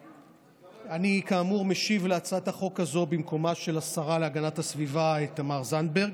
אני כאמור משיב על הצעת החוק הזו במקום השרה להגנת הסביבה תמר זנדברג,